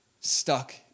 stuck